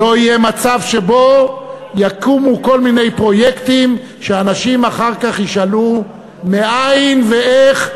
שלא יהיה מצב שיקומו כל מיני פרויקטים שאנשים אחר כך ישאלו מאין ואיך,